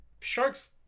sharks